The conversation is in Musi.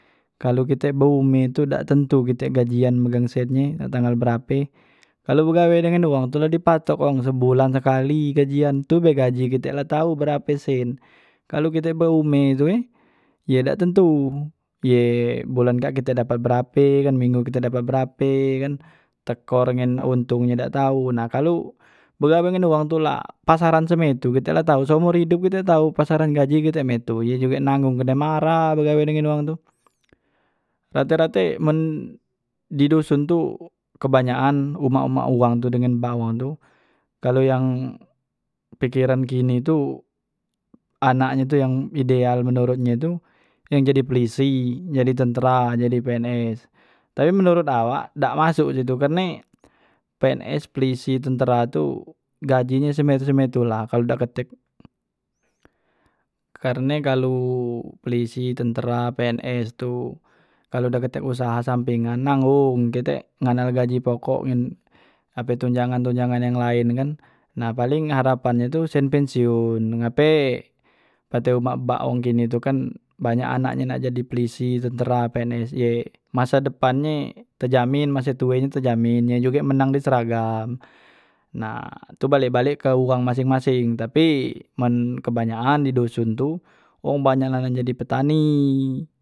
Kalu kite behumeh tu dak tentu kite gajian megang sen nye, nak tanggal berape, kalu begawe dengan wang tu la di patok wang sebulan sekali gajian, itu gaji kite la tau berape sen, kalu kite beumeh tu ye dak tentu, ye bulan kak kite dapat berape kan, seminggu dapat berape kan, tekor ngan untungnye dak tau kan nah kalu begawe ngan uwang tu pasaran se mak itu seomor idup kite la tau pasaran gaji ke mak itu ye juge nanggung kene marah begawe dengan wang tu, rate- rate man di doson tu kebanyakan umah- umah uwang dengan pwang tu kalu yang pekeran kini tu, anaknyo tu yang ideal menurut nye tu yang jadi pulisi, jadi tentra, jadi pns, tapi man menurut awak dak masuk he tu karne pns, pulisi, tentra tu gaji nye semek itu semek itula kalu dak katek, karne kalu pulisi, tentra, pns tu kalu dak katek usaha sampengan, nanggong kite ngandal gaje pokok, ngen ape tunjangan- tunjangan yang laen kan, paleng harapan nye tu sen pensiun, ngape kate umak bak wong kini tu kan banyak anaknye nak jadi pulisi, tentra, pns ye masa depannye terjamin, ye masa tue nye terjamin, dan juge menang di seragam, nah itu balek- balek ke uwang maseng- maseng tapi men kebanyakan di doson tu wang kebanyakan jadi petani.